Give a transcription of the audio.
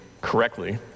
correctly